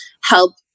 help